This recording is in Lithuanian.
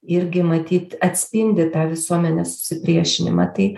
irgi matyt atspindi tą visuomenės susipriešinimą tai